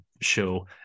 show